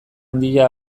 handia